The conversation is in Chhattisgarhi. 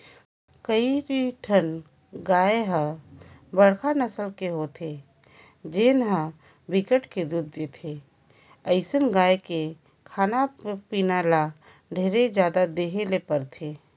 कइठन गाय ह बड़का नसल के होथे जेन ह बिकट के दूद देथे, अइसन गाय के खाना पीना ल ढेरे जादा देहे ले परथे